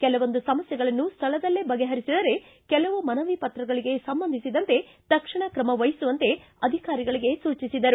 ಕೆಲವೊಂದು ಸಮಸ್ಥೆಗಳನ್ನು ಸ್ಥಳದಲ್ಲೇ ಬಗೆಹರಿಸಿದರೆ ಕೆಲವು ಮನವಿಪತ್ರಗಳಿಗೆ ಸಂಬಂಧಿಸಿದಂತೆ ತಕ್ಷಣ ಕ್ರಮ ವಹಿಸುವಂತೆ ಅಧಿಕಾರಿಗಳಿಗೆ ಸೂಚಿಸಿದರು